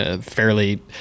fairly